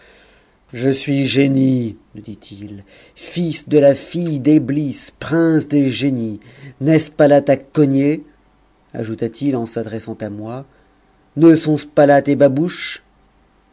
je suis génie nous dit-il fils de la fille d'eblis prince des génies n'est-ce pas là ta cognée ajouta-t-il en s'adressant à moi ne sont-ce pas là tes babouches